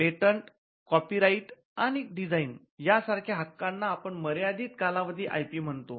patents copyright आणि designs या सारख्या हक्काना आपण मर्यादित कालावधी आयपी म्हणतो